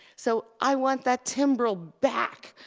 so i want that timbrel back,